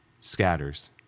scatters